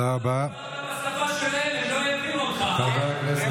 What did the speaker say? לא דיברת בשפה שלהם, הם לא הבינו אותך, רם.